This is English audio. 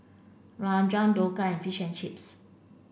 Rajma Dhokla and Fish and Chips